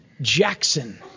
Jackson